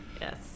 Yes